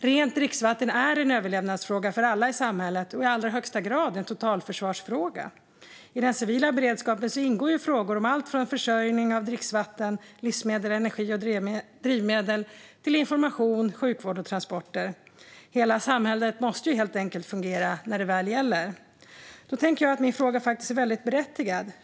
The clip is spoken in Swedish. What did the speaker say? Rent dricksvatten är en överlevnadsfråga för alla i samhället och i allra högsta grad en totalförsvarsfråga. I den civila beredskapen ingår frågor om allt från försörjning av dricksvatten, livsmedel, energi och drivmedel till information, sjukvård och transporter. Hela samhället måste helt enkelt fungera när det väl gäller. Därför tycker jag att min fråga är väldigt berättigad.